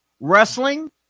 wrestling